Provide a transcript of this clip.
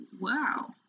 Wow